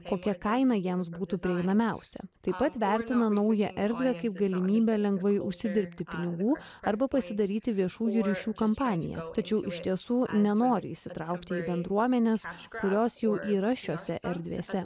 kokia kaina jiems būtų prieinamiausia taip pat vertina naują erdvę kaip galimybę lengvai užsidirbti pinigų arba pasidaryti viešųjų ryšių kampaniją tačiau iš tiesų nenori įsitraukti į bendruomenes kurios jau yra šiose erdvėse